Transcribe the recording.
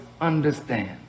understand